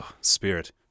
Spirit